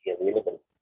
available